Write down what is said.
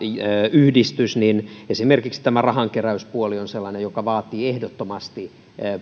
yhdistys niin esimerkiksi tämä rahankeräyspuoli on sellainen joka vaatii ehdottomasti